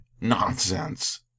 Nonsense